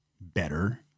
better